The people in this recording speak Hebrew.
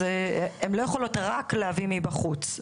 הן לא יכולות רק להביא מבחוץ.